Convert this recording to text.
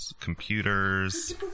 computers